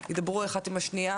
ידברו אחת עם השנייה